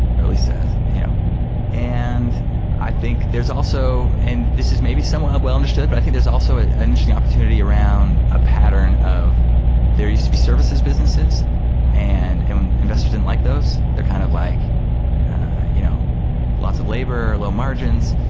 or at least you know and i think there's also and this is maybe somewhat well understood, but i think there's also an interesting opportunity around a pattern of there used to be services businesses and and investors didn't like those. they're kind of like you know lots of labor, low margins,